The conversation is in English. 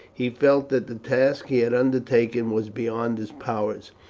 he felt that the task he had undertaken was beyond his powers.